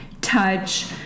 touch